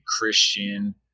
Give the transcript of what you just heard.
Christian